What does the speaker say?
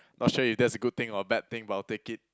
not sure if that's a good thing or a bad thing but I'll take it